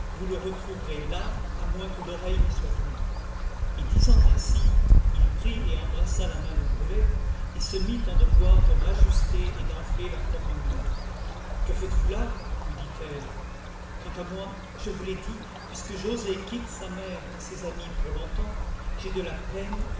vous le retrouverez là à moins que l'oreille n'y soit plus et disant ainsi il prit et embrassa la main de brulette et se mit en devoir de rajuster et d'enfler la cornemuse que faites-vous là lui dit-elle quant à moi je vous l'ai dit puisque joset quitte sa mère et ses amis pour longtemps j'ai de la peine